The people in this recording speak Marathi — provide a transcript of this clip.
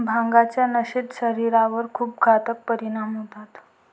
भांगाच्या नशेचे शरीरावर खूप घातक परिणाम होतात